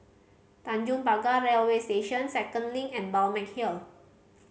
Tanjong Pagar Railway Station Second Link and Balmeg Hill